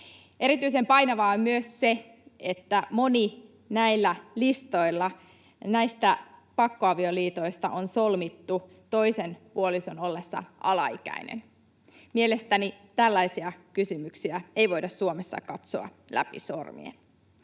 Erityisen painavaa on myös se, että moni näistä pakkoavioliitoista näillä listoilla on solmittu toisen puolison ollessa alaikäinen. Mielestäni tällaisia kysymyksiä ei voida Suomessa katsoa läpi sormien.